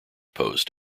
post